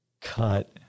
cut